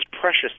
precious